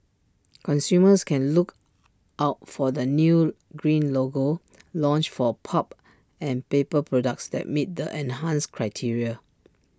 consumers can look out for the new green logo launched for pulp and paper products that meet the enhanced criteria